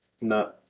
no